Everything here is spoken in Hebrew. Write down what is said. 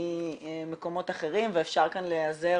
ממקומות אחרים, ואפשר כאן להיעזר